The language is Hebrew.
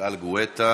יגאל גואטה